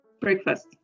Breakfast